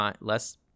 less